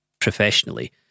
professionally